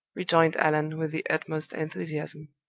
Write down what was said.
rejoined allan, with the utmost enthusiasm.